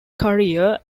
career